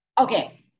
Okay